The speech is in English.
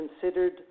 considered